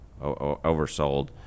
oversold